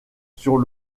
sur